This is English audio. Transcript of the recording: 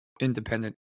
independent